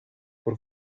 por